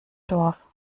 dorf